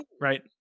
Right